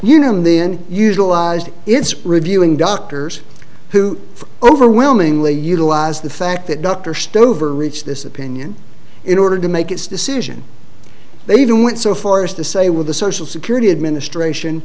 you know and then usually it's reviewing doctors who overwhelmingly utilize the fact that dr stover reached this opinion in order to make its decision they even went so far as to say with the social security administration